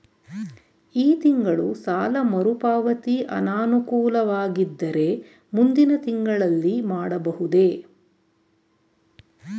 ಈ ತಿಂಗಳು ಸಾಲ ಮರುಪಾವತಿ ಅನಾನುಕೂಲವಾಗಿದ್ದರೆ ಮುಂದಿನ ತಿಂಗಳಲ್ಲಿ ಮಾಡಬಹುದೇ?